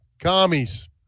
Commies